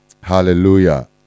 Hallelujah